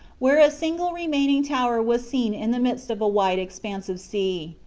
where a single remaining tower was seen in the midst of a wide expanse of sea.